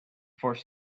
force